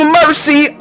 mercy